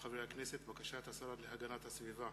השר להגנת הסביבה